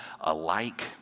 alike